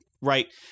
right